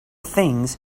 things